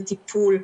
לטיפול,